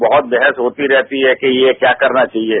बहुत बहस होती रहती है कि यह क्या करना चाहिये